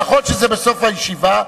נכון שזה בסוף הישיבה.